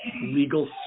legal